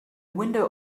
window